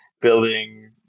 building